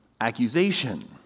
accusation